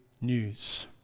news